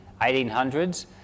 1800s